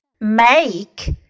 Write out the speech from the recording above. make